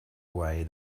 away